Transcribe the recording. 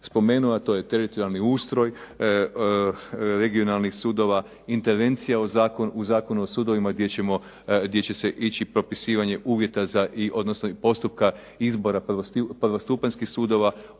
spomenuo, a to je teritorijalni ustroj regionalnih sudova, intervencija u Zakonu o sudovima gdje će se ići propisivanje uvjeta i postupka izbora prvostupanjskih sudova.